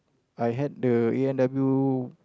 I hate the A-and-W